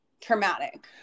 traumatic